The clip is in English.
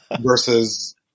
versus